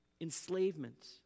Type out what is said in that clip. enslavement